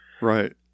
Right